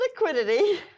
liquidity